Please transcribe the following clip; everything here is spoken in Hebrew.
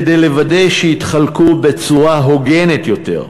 כדי לוודא שהן יתחלקו בצורה הוגנת יותר,